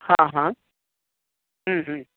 हा हा